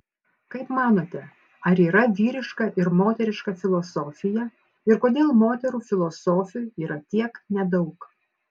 kaip manote ar yra vyriška ir moteriška filosofija ir kodėl moterų filosofių yra tiek nedaug